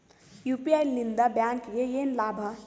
UPI ಲಿಂದ ಬ್ಯಾಂಕ್ಗೆ ಏನ್ ಲಾಭ?